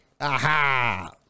Aha